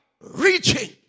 reaching